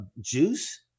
juice